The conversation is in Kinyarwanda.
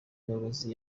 muyobozi